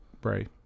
Bray